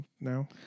now